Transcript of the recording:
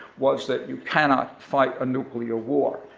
was that you cannot fight a nuclear war.